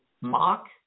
mock